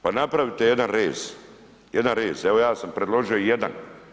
Pa napravite jedan rez, evo ja sam predložio jedan.